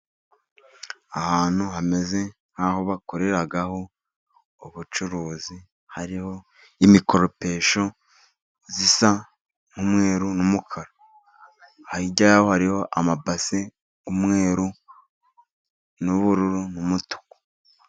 Ahantu hameze nk'aho bakoreraho ubucuruzi ,hariho imikoropesho isa n'umweruru n'umukara. Hirya hariho amabasi y'umweru, ubururu, n'umutuku.